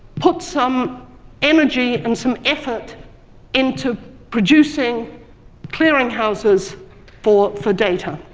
put some energy and some effort into producing clearinghouses for for data.